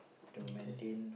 to maintain